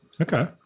Okay